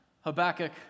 Habakkuk